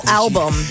album